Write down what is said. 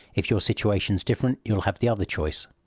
if your situation's different you'll have the other choice.